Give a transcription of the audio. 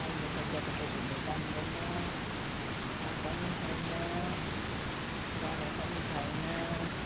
अहिलेको केटाकेटीहरूले जान्दैन थाहा पनि छैन गरेको पनि छैन